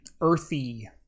earthy